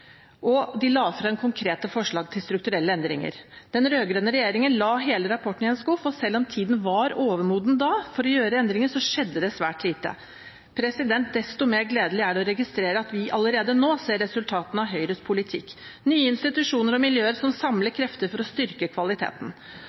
og de la frem konkrete forslag til strukturelle endringer. Den rød-grønne regjeringen la hele rapporten i en skuff, og selv om tiden da var overmoden for å gjøre endringer, skjedde det svært lite. Desto mer gledelig er det å registrere at vi allerede nå ser resultatene av Høyres politikk – nye institusjoner og miljøer som samler krefter for å styrke kvaliteten.